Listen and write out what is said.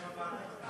מה שם הוועדה?